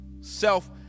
self